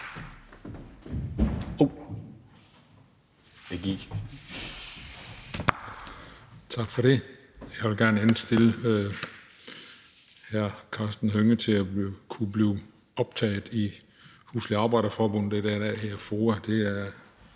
Tak for det. Jeg vil gerne indstille hr. Karsten Hønge til at kunne blive optaget i Husligt Arbejder Forbund. Det er det, der i